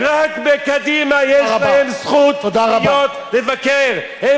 רק בקדימה יש להם זכות להיות, לבקר, תודה רבה.